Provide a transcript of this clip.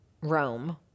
Rome